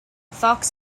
fox